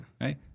right